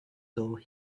though